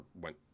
went